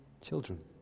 children